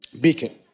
beacon